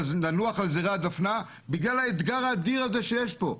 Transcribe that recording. לנוח על זרי הדפנה בגלל האתגר האדיר שיש פה.